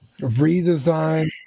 Redesign